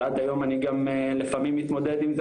ועד היום אני גם לפעמים מתמודד עם זה